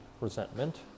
resentment